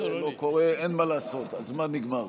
אין מה לעשות, הזמן נגמר.